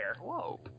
Whoa